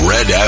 Red